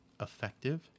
effective